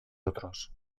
otros